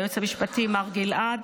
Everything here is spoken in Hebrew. ליועץ המשפטי מר גלעד,